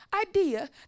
idea